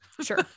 sure